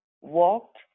walked